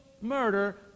murder